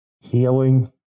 healing